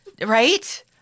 right